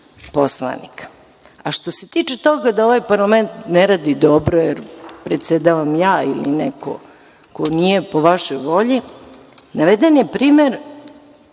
se tiče toga da ovaj parlament ne radi dobro, jer predsedavam ja ili neko ko nije po vašoj volji, naveden je primer